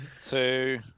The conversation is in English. two